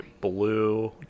blue